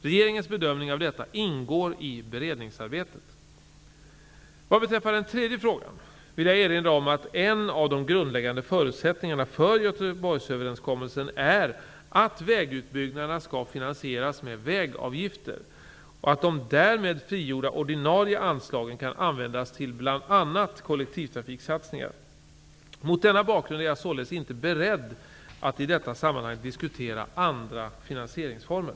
Regeringens bedömning av detta ingår i beredningsarbetet. Vad beträffar den tredje frågan vill jag erinra om att en av de grundläggande förutsättningarna för Göteborgsöverenskommelsen är att vägutbyggnaderna skall finansieras med vägavgifter och att de därmed frigjorda ordinarie anslagen kan användas till bl.a. kollektivtrafiksatsningar. Mot denna bakgrund är jag således inte beredd att i detta sammanhang diskutera andra finansieringsformer.